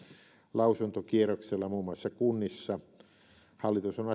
lausuntokierroksella muun muassa kunnissa hallitus on